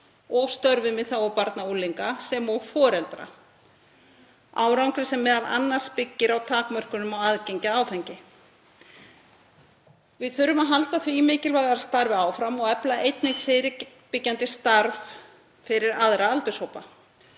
og störfum í þágu barna og unglinga sem og foreldra, árangri sem m.a. byggir á takmörkunum á aðgengi að áfengi. Við þurfum að halda því mikilvæga starfi áfram og efla einnig fyrirbyggjandi starf fyrir aðra aldurshópa.